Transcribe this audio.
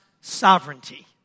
sovereignty